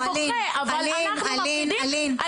אבל אנחנו מפחדים.